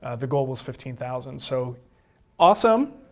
ah the goal was fifteen thousand, so awesome,